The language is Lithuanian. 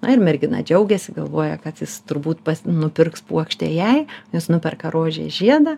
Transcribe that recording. na ir mergina džiaugiasi galvoja kad jis turbūt pats nupirks puokštę jai jis nuperka rožės žiedą